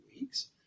weeks